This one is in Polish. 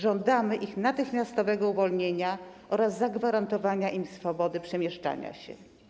Żądamy ich natychmiastowego uwolnienia oraz zagwarantowania im swobody przemieszczania się.